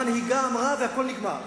המנהיגה אמרה והכול נגמר.